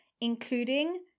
including